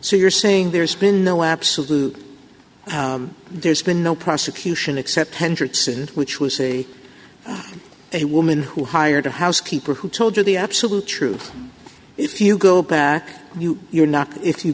so you're saying there's been no absolute there's been no prosecution except one hundred sit which was a a woman who hired a housekeeper who told you the absolute truth if you go back you you're not if you